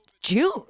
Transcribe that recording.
June